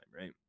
right